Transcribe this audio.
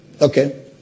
Okay